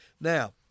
Now